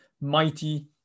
mighty